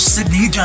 Sydney